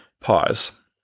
Pause